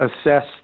assess